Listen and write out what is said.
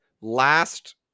Last